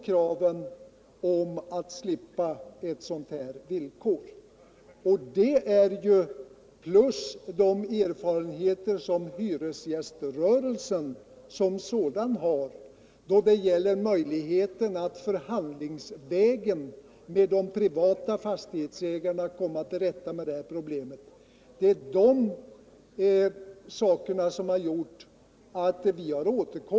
Anledningen till att vi återkommit med en motion i år är just detta och de erfarenheter som hyresgäströrelsen som sådan har då det gäller möjligheten att genom förhandlingar med de privata fastighetsägarna komma till rätta med problemet.